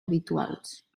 habituals